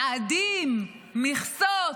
יעדים, מכסות,